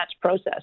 process